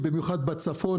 במיוחד בצפון,